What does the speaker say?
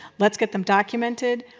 let's get them documented.